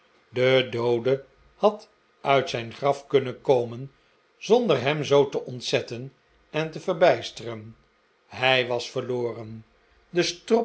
de doode had uit zijn graf kunnen komen zonder hem zoo te ontzetten en te verbijsteren hij was verloren de